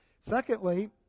Secondly